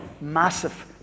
massive